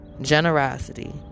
generosity